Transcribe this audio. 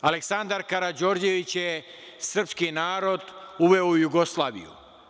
Aleksandar Karađorđević je srpski narod uveo u Jugoslaviju.